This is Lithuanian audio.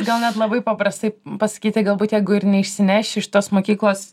gal net labai paprastai pasakyti galbūt jeigu ir neišsineši iš tos mokyklos